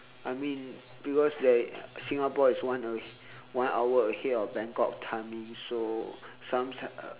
I mean because like singapore is one ahead one hour ahead of bangkok timing so sometimes uh